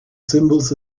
symbols